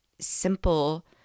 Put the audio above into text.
simple